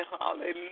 Hallelujah